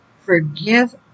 Forgive